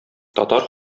татар